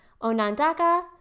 Onondaga